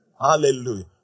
Hallelujah